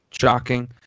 shocking